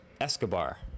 Escobar